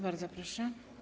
Bardzo proszę.